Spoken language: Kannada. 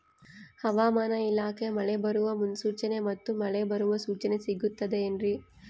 ಹವಮಾನ ಇಲಾಖೆ ಮಳೆ ಬರುವ ಮುನ್ಸೂಚನೆ ಮತ್ತು ಮಳೆ ಬರುವ ಸೂಚನೆ ಸಿಗುತ್ತದೆ ಏನ್ರಿ?